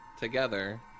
together